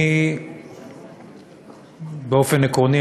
באופן עקרוני,